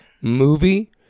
movie